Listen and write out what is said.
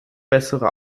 bessere